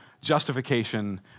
justification